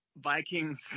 Vikings